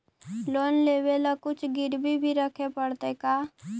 Loan लेबे ल कुछ गिरबी भी रखे पड़तै का?